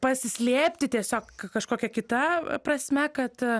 pasislėpti tiesiog kažkokia kita prasme kad